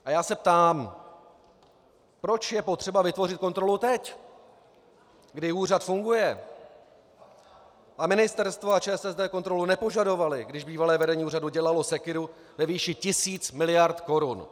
A já se ptám, proč je potřeba vytvořit kontrolu teď, kdy úřad funguje, a ministerstvo a ČSSD kontrolu nepožadovaly, když bývalé vedení úřadu dělalo sekyru ve výši tisíc miliard korun.